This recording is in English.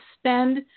spend